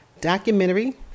documentary